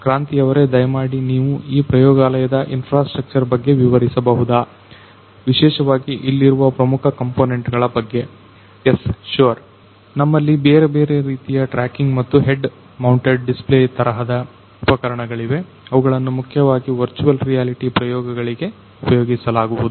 ಕ್ರಾಂತಿ ಅವರೇ ದಯಮಾಡಿ ನೀವು ಈ ಪ್ರಯೋಗಾಲಯದ ಇನ್ಫ್ರಾಸ್ಟ್ರಕ್ಚರ್ ಬಗ್ಗೆ ವಿವರಿಸಬಹುದಾ ವಿಶೇಷವಾಗಿ ಇಲ್ಲಿರುವ ಪ್ರಮುಖ ಕಂಪೋನೆಂಟ್ ಗಳ ಬಗ್ಗೆ ಎಸ್ ಶುವರ್ ನಮ್ಮಲ್ಲಿ ಬೇರೆ ಬೇರೆ ರೀತಿಯ ಟ್ರ್ಯಾಕಿಂಗ್ ಮತ್ತು ಹೆಡ್ ಮೌಂಟೆಡ್ ಡಿಸ್ಪ್ಲೇ ತರಹದ ಉಪಕರಣಗಳಿವೆ ಅವುಗಳನ್ನು ಮುಖ್ಯವಾಗಿ ವರ್ಚುವಲ್ ರಿಯಾಲಿಟಿ ಪ್ರಯೋಗಗಳಿಗೆ ಉಪಯೋಗಿಸಲಾಗುವುದು